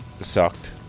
sucked